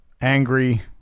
angry